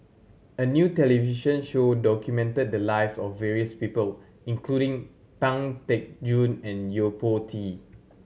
a new television show documented the lives of various people including Pang Teck Joon and Yo Po Tee